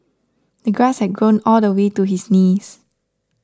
the grass had grown all the way to his knees